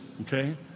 okay